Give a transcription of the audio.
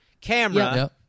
camera